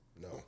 No